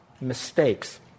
mistakes